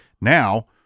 Now